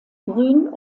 grün